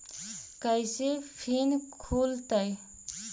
कैसे फिन खुल तय?